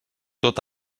tot